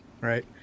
Right